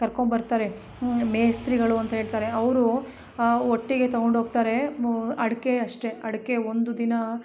ಕರ್ಕೊಂಬರ್ತಾರೆ ಮೇಸ್ತ್ರಿಗಳು ಅಂತ ಹೇಳ್ತಾರೆ ಅವರು ಒಟ್ಟಿಗೆ ತಗೊಂಡೋಗ್ತಾರೆ ಮು ಅಡಿಕೆ ಅಷ್ಟೇ ಅಡಿಕೆ ಒಂದು ದಿನ